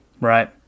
right